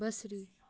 بصری